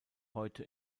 heute